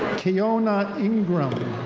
kiona engram.